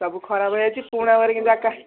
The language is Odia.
ସବୁ ଖରାପ ହୋଇଯାଇଛି ପୁରୁଣା ୱାରିଗିଂ ଯାକ